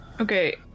Okay